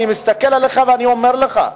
אני מסתכל עליך ואני אומר לך: